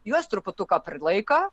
juos truputuką prilaiko